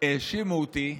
האשימו אותי,